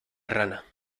rana